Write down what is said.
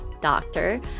doctor